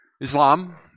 Islam